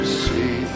see